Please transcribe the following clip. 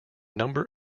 number